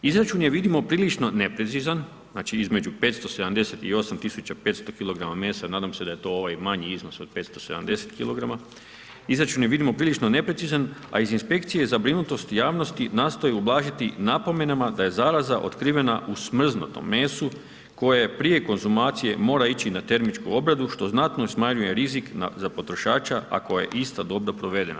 Izračun je vidimo prilično neprecizan, znači između 578 tisuća 500 kg mesa, nadam se da je to ovaj manji iznos od 570 kg, izračen je vidimo prilično neprecizan, a iz inspekcije, zabrinutost javnosti, nastoji ublažiti napomenama, da je zaraza otkrivena u smrznutom mesu, koje je prije konzumacije, mora ići na termičku obradu, što znatno smanjuje rizik za potrošača, a koja je isto dobro provedena.